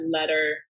letter